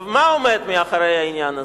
מה עומד מאחורי העניין הזה?